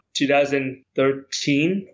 2013